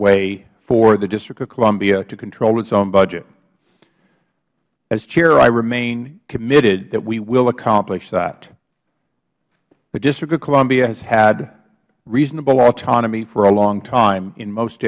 way for the district of columbia to control its own budget as chair i remain committed that we will accomplish that the district of columbia has had reasonable autonomy for a long time in most